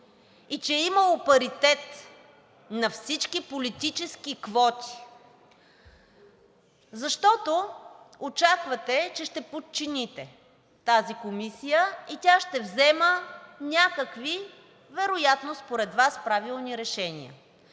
и че е имало паритет на всички политически квоти, защото очаквате, че ще подчините тази комисия и тя ще взима някакви вероятно според Вас правилни решения,